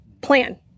plan